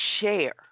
share